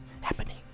happening